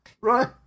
Right